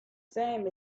same